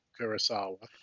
Kurosawa